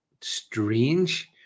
strange